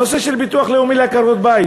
הנושא של ביטוח לאומי לעקרות-בית,